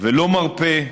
ולא מרפה,